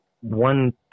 one